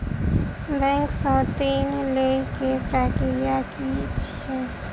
Bank सऽ ऋण लेय केँ प्रक्रिया की छीयै?